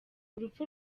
urupfu